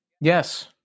Yes